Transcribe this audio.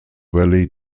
valley